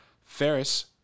Ferris